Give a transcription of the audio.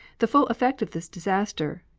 the full effect of this disaster,